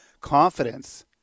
confidence